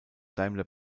daimler